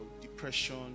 depression